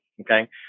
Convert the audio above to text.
Okay